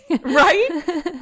right